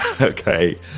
Okay